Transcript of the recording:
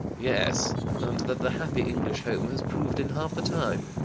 yes and that the happy english home has proved in half the time.